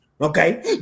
okay